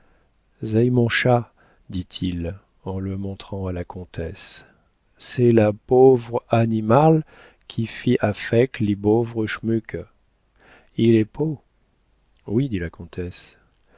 mon châs dit-il en le montrant à la comtesse c'est la bauffre hânîmâle ki fit affecque li bauffre schmuke ille hai pô oui dit la comtesse